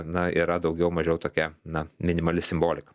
na yra daugiau mažiau tokia na minimali simbolika